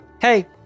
hey